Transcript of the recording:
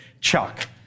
chuck